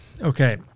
Okay